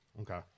Okay